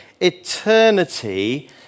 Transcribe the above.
eternity